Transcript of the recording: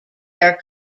are